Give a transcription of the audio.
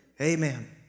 Amen